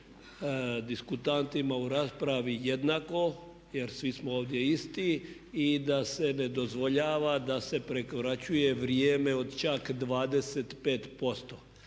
u raspravi jednako, jer svi smo ovdje isti i da se ne dozvoljava da se prekoračuje vrijeme od čak 25%.